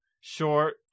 Short